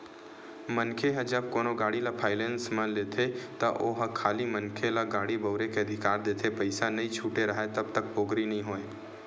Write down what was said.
मनखे ह जब कोनो गाड़ी ल फायनेंस म लेथे त ओहा खाली मनखे ल गाड़ी बउरे के अधिकार देथे पइसा नइ छूटे राहय तब तक पोगरी नइ होय